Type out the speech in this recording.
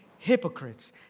hypocrites